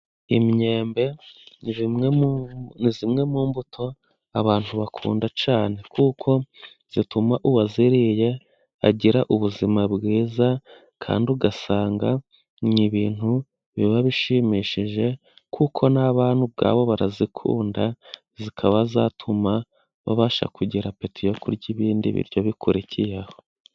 Imyembe ni zimwe zimwe mu mbuto abantu bakunda cyane, kuko zituma uwaziriye agira ubuzima bwiza, kandi ugasanga ari ibintu biba bishimishije kuko n'abana ubwabo barazikunda, zikaba zatuma babasha kugira apeti yo kurya ibindi biryo bikurikiyeho.